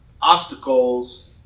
obstacles